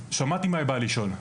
שמעתי מה היא באה לשאול.